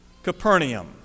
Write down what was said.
Capernaum